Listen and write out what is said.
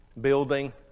building